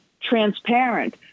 transparent